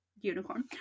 unicorn